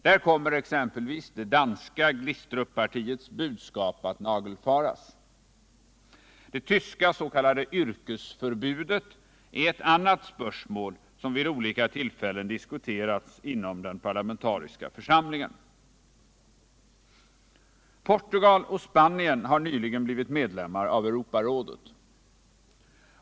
Där kommer exempelvis det danska Glistruppartiets budskap att nagelfaras. Det tyska yrkesförbudet är ett annat spörsmål som vid olika tillfällen diskuterats inom den parlamentariska församlingen. Portugal och Spanien har nyligen blivit medlemmar av Europarådet.